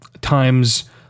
times